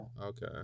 Okay